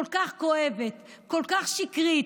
כל כך כואבת, כל כך שקרית.